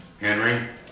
Henry